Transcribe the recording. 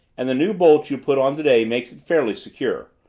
and the new bolt you put on today makes it fairly secure.